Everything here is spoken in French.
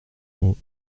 mots